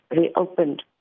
reopened